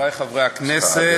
חברי חברי הכנסת,